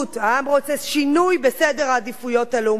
העם רוצה שינוי בסדר העדיפויות הלאומיות.